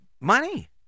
money